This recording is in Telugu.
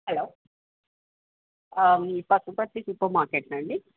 హలో పసుపర్తి సూపర్ మార్కెటా అండీ